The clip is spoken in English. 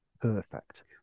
perfect